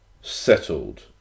settled